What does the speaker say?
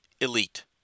elite